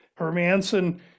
Hermanson